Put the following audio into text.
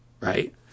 right